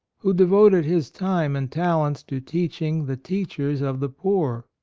who devoted his time and talents to teaching the teachers of the poor.